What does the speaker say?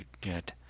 get